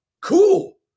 Cool